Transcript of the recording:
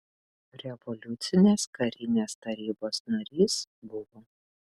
revoliucinės karinės tarybos narys buvo